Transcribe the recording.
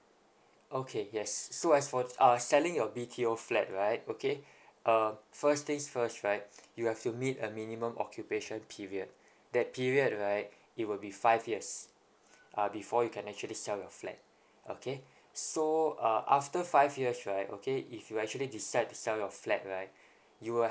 okay yes so as for th~ err selling your B_T_O flat right okay uh first things first right you have to meet a minimum occupation period that period right it will be five years uh before you can actually sell your flat okay so uh after five years right okay if you actually decide to sell your flat right you will